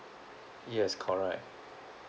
yes correct